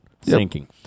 sinking